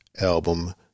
album